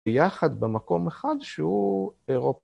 יחד במקום אחד שהוא אירו...